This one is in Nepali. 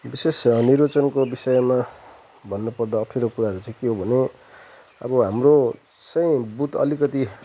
विशेष निर्वाचनको बिषयमा भन्नुपर्दा अप्ठ्यारो कुराहरू चाहिँ के हो भने अब हाम्रो चाहिँ बुथ अलिकति